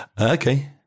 Okay